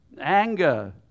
anger